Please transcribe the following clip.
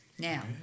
Now